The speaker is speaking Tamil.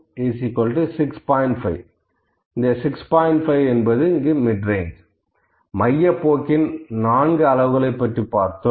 5 மையப் போக்கின் 4 அளவுகளை பற்றி பார்த்தோம்